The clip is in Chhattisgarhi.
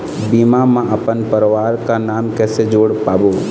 बीमा म अपन परवार के नाम किसे जोड़ पाबो?